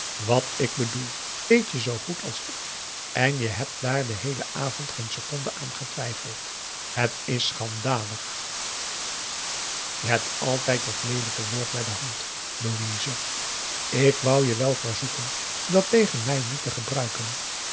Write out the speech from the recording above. wat ik bedoel weet je zoo goed als ik en je hebt daar den heelen avond geen seconde aan getwijfeld het is schandalig je hebt altijd dat leelijke woord bij de hand louise ik p a daum de van der lindens c s onder ps maurits wou je wel verzoeken dat tegen mij niet te gebruiken